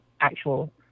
actual